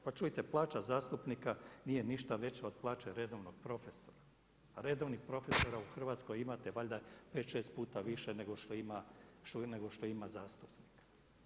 Pa čujte plaća zastupnika nije ništa veća od plaće redovnog profesora a redovnih profesora u Hrvatskoj imate valjda 5, 6 puta više nego što ima zastupnika.